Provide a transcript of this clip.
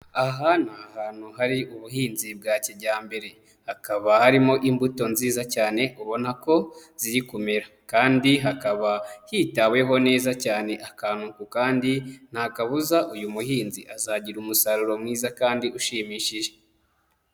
Aha ni ahantu hari ubuhinzi bwa kijyambere, hakaba harimo imbuto nziza cyane ubona ko ziri kumera kandi hakaba hitaweho neza cyane akantu ku kandi nta kabuza uyu muhinzi azagira umusaruro mwiza kandi ushimishije.